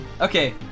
Okay